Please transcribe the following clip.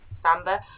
Samba